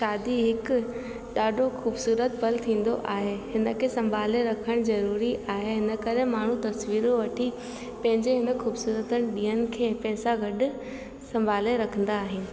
शादी हिकु ॾाढो ख़ूबसूरतु पल थींदो आहे हिन खे संभाले रखणु ज़रूरी आहे ऐं हिन करे माण्हू तस्वीरूं वठी पंहिंजे हिन ख़ूबसूरतु ॾींहनि खे पैसा गॾु संभाले रखंदा आहिन